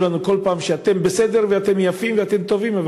לנו כל פעם: אתם בסדר ואתם יפים ואתם טובים,